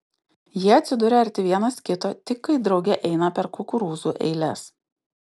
jie atsiduria arti vienas kito tik kai drauge eina per kukurūzų eiles